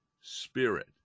Spirit